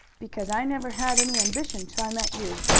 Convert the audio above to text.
because i never had any ambition till i met you.